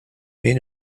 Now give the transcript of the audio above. made